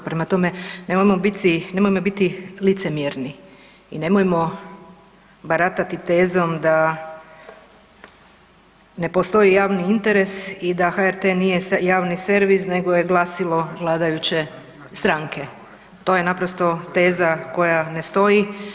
Prema tome, nemojmo biti licemjerni i nemojmo baratati tezom da ne postoji javni interes i da HRT nije javni servis nego je glasilo vladajuće stranke, to je naprosto teza koja ne stoji.